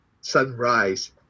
sunrise